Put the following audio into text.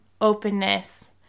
openness